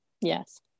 Yes